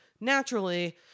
naturally